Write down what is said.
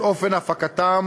את אופן הפקתן,